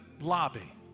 lobby